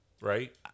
right